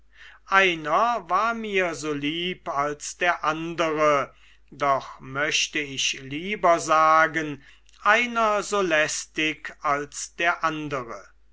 einer war mir so lieb als der andere doch möchte ich lieber sagen einer so lästig als der andere